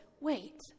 wait